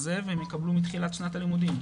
הזה והם יקבלו מתחילת שנת הלימודים,